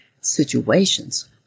situations